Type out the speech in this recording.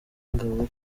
ngabo